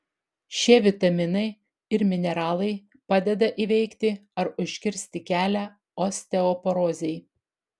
šie vitaminai ir mineralai padeda įveikti ar užkirsti kelią osteoporozei